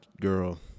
girl